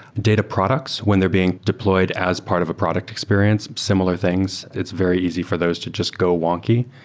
data products, when they're being deployed as part of a product experience, similar things. it's very easy for those to just go wonky.